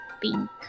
pink